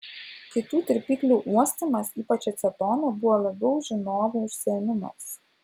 kitų tirpiklių uostymas ypač acetono buvo labiau žinovų užsiėmimas